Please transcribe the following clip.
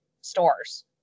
stores